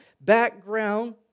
background